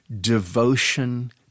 devotion